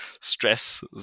stress